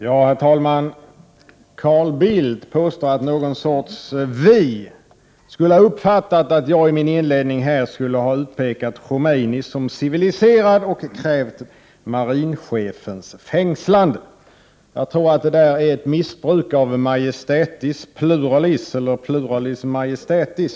Fru talman! Carl Bildt påstår att någon sorts ”vi” skulle ha uppfattat att jag i min inledning skulle ha utpekat Khomeini som civiliserad och krävt marinchefens fängslande. Jag tror att det är ett missbruk av pluralis majestätis.